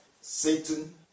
Satan